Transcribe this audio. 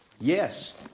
Yes